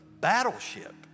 battleship